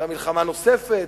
מלחמה נוספת,